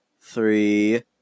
three